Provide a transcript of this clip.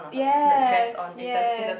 yes yes